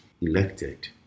elected